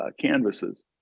canvases